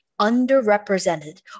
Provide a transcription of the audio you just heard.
underrepresented